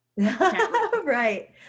Right